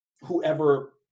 whoever